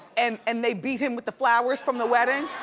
and and they beat him with the flowers from the wedding.